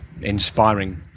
inspiring